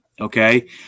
okay